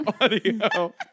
audio